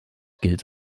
gilt